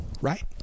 right